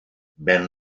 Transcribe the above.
ven